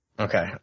Okay